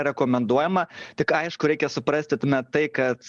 rekomenduojama tik aišku reikia suprasti tumet tai kad